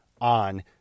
on